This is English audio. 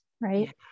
right